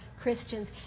Christians